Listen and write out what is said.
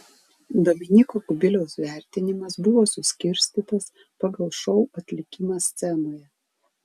dominyko kubiliaus vertinimas buvo suskirstytas pagal šou atlikimą scenoje